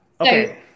Okay